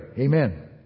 Amen